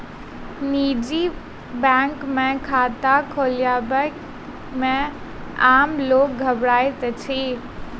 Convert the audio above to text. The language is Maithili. निजी बैंक मे खाता खोलयबा मे आम लोक घबराइत अछि